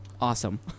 Awesome